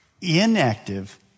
inactive